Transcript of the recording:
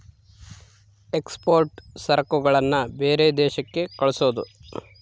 export ಸರಕುಗಳನ್ನ ಬೇರೆ ದೇಶಕ್ಕೆ ಕಳ್ಸೋದು